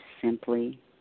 simply